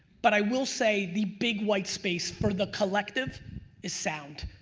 but i will say the big white space for the collective is sound.